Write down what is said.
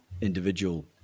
individual